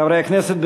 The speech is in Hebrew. חברי הכנסת,